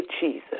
Jesus